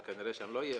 וכנראה שאני לא אהיה,